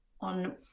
on